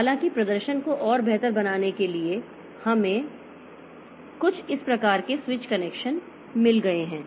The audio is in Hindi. हालांकि प्रदर्शन को और बेहतर बनाने के लिए हमें कुछ प्रकार के स्विच कनेक्शन मिल गए हैं